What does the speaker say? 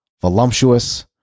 voluptuous